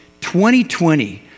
2020